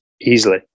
easily